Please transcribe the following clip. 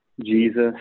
Jesus